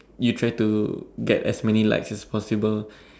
you try to get as many likes as possible